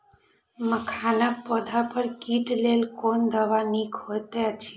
मखानक पौधा पर कीटक लेल कोन दवा निक होयत अछि?